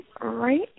Right